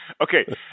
okay